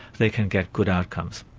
they can get good outcomes.